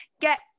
get